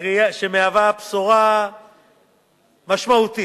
שמהווה בשורה משמעותית